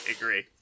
agree